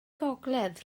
gogledd